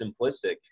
simplistic